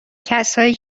کسایی